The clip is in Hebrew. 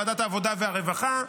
ועדת העבודה והרווחה,